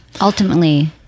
ultimately